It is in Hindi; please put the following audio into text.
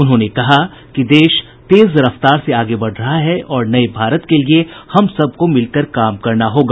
उन्होंने कहा कि देश तेज रफ्तार से आगे बढ़ रहा है और नये भारत के लिये हम सब को मिलकर काम करना होगा